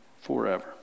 forever